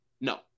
No